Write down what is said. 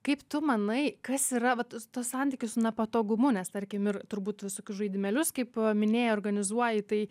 kaip tu manai kas yra vat tas santykis su nepatogumu nes tarkim ir turbūt visokius žaidimėlius kaip minėjai organizuoji tai